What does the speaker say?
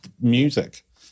music